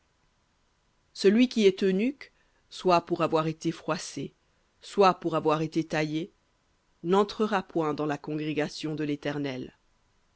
celui qui est eunuque soit pour avoir été froissé soit pour avoir été taillé n'entrera point dans la congrégation de l'éternel